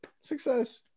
Success